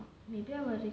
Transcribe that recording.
maybe அவருக்கு:avarukku